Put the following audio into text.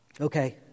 Okay